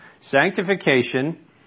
Sanctification